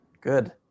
Good